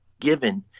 given